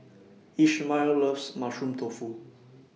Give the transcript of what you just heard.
Ishmael loves Mushroom Tofu